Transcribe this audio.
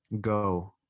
go